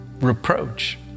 reproach